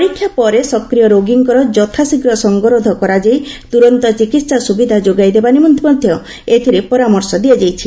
ପରୀକ୍ଷା ପରେ ସକ଼୍ିୟ ରୋଗୀଙ୍କର ଯଥା ଶୀଘ୍ ସଙ୍ଗରୋଧ କରାଯାଇ ତୁରନ୍ତ ଚିକିତ୍ସା ସୁବିଧା ଯୋଗାଇ ଦେବା ନିମନ୍ତେ ମଧ୍ୟ ଏଥିରେ ପରାମର୍ଶ ଦିଆଯାଇଛି